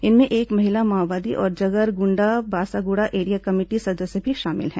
इनमें एक महिला माओवादी और जगरगुंडा बासागुड़ा एरिया कमेटी सदस्य भी शामिल है